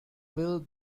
will